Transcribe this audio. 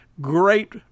Great